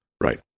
Right